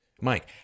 Mike